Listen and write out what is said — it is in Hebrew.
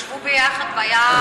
וישבו ביחד והיה,